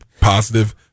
positive